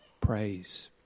praise